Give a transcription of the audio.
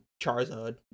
Charizard